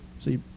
See